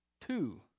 two